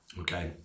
okay